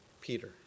Peter